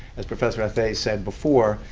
as professor athey said before,